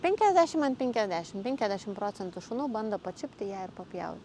penkiasdešim an penkiasdešim penkiasdešim procentų šunų bando pačiupti ją ir papjau